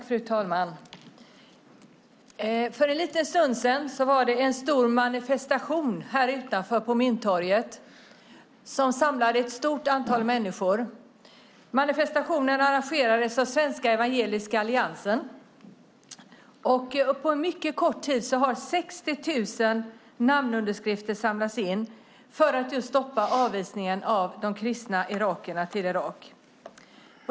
Fru talman! För en liten stund sedan var det en stor manifestation här utanför på Mynttorget. Den samlade ett stort antal människor. Manifestationen arrangerades av Svenska Evangeliska Alliansen. På mycket kort tid har 60 000 namnunderskrifter samlats in för att stoppa avvisningen av de kristna irakierna till Irak.